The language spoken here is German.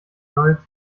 neue